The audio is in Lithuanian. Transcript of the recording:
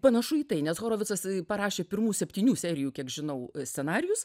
panašu į tai nes horovicas parašė pirmų septynių serijų kiek žinau scenarijus